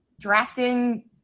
drafting